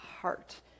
heart